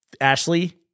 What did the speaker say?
Ashley